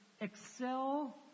excel